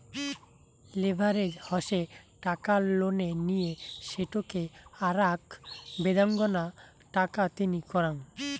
leverage হসে টাকা লোনে নিয়ে সেটোকে আরাক বেদাঙ্গনা টাকা তিনি করাঙ